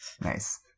Nice